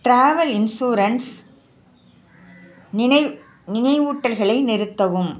travel insurance நினை நினைவூட்டல்களை நிறுத்தவும்